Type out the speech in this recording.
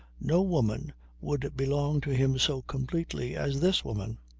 no woman would belong to him so completely as this woman.